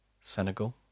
Senegal